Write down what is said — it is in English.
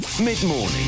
Mid-morning